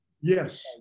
Yes